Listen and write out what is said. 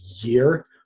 year